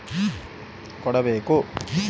ಸಾಲ ತೋಳಕ್ಕೆ ಆಸ್ತಿ ಪತ್ರ ಕೊಡಬೇಕರಿ?